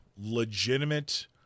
legitimate